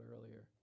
earlier